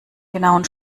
genauen